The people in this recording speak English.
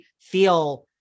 feel